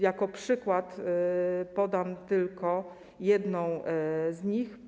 Jako przykład podam tylko jedną z nich.